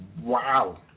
Wow